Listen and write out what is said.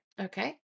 Okay